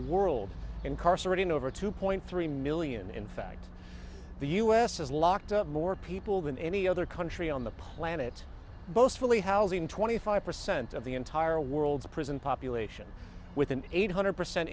world incarcerating over two point three million in fact the us has locked up more people than any other country on the planet boastfully housing twenty five percent of the entire world's prison population with an eight hundred percent